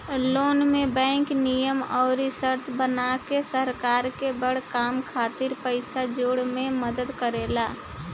loan में bank नियम अउर शर्त बना के सरकार के बड़ काम खातिर पइसा जोड़े में मदद करेला